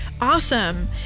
Awesome